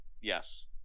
Yes